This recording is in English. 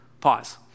Pause